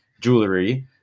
Jewelry